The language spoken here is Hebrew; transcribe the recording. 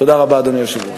תודה רבה, אדוני היושב-ראש.